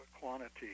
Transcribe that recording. quantity